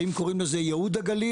האם קוראים לזה ייעוד הגליל,